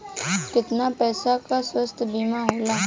कितना पैसे का स्वास्थ्य बीमा होला?